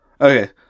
okay